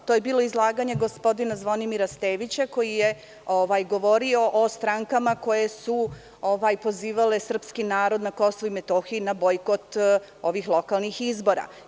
To je bilo izlaganje gospodina Zvonimira Stevića, koji je govorio o strankama koje su pozivale srpski narod na Kosovu i Metohiji na bojkot ovih lokalnih izbora.